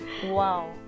Wow